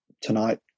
tonight